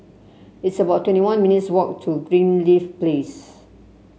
it's about twenty one minutes' walk to Greenleaf Place